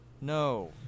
no